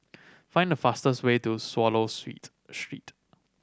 find the fastest way to Swallow Street